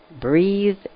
breathe